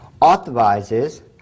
authorizes